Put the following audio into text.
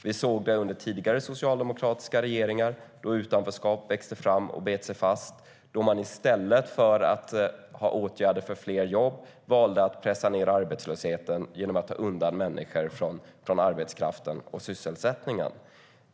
Vi såg detta under tidigare socialdemokratiska regeringar, då utanförskapet växte fram och bet sig fast. I stället för att vidta åtgärder för fler jobb valde man då att pressa ned arbetslösheten genom att ta undan människor från arbetskraften och sysselsättningen.